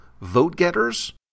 vote-getters